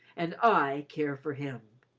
and i care for him.